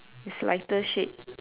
is lighter shade